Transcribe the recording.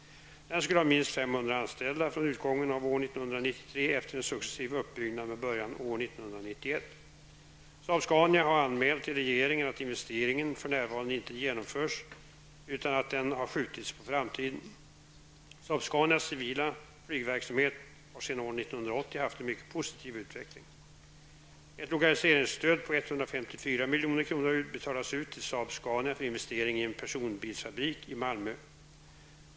Den skulle ha minst 500 anställda från utgången av år 1993 efter en successiv uppbyggnad med början år 1991. Saab-Scania har anmält till regeringen att investeringen för närvarande inte genomförs utan att den har skjutits på framtiden. 1980 haft en mycket positiv utveckling. Ett lokaliseringsstöd på 154 milj.kr. har betalats ut till Saab-Scania för investering i en personbilsfabrik i Malmö.